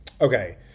Okay